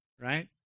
right